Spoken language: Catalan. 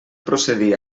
procedir